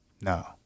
No